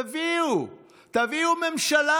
תביאו, תביאו ממשלה.